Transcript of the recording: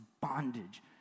bondage